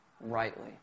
Rightly